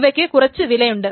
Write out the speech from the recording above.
ഇവയ്ക്ക് കുറച്ചു വിലയുണ്ട്